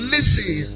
Listen